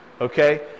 Okay